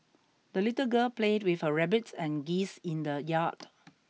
the little girl played with her rabbit and geese in the yard